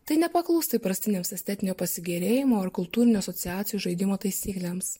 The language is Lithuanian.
tai nepaklūsta įprastiniams estetinio pasigėrėjimo ar kultūrinių asociacijų žaidimo taisyklėms